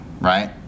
right